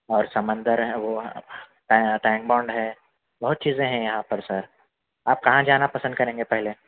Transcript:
اور سمندر ہے وہ ٹین ٹینک بونڈ ہے بہت چیزیں ہیں یہاں پر سر آپ کہاں جانا پسند کریں گے پہلے